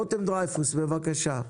רותם דרייפוס בבקשה.